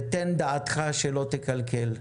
ותן דעתך שלא תקלקל.